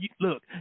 look